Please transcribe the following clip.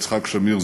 יצחק שמיר,